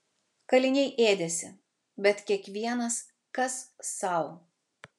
kaliniai ėdėsi bet kiekvienas kas sau